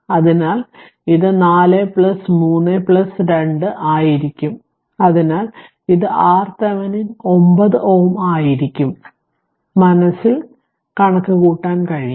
അതിനാൽ ഇത് 4 3 2 ആയിരിക്കും അതിനാൽ ഇത് RThevenin 9 Ω ആയിരിക്കും മനസ്സിൽ ചെയ്യാൻ കഴിയും